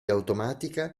automatica